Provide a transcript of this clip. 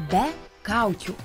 be kaukių